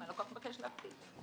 אם הלקוח מבקש להקפיא.